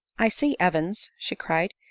i see, evans, she cried,